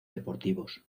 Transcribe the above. deportivos